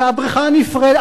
והבריכה הנפרדת,